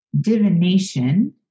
divination